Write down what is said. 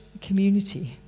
community